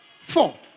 Four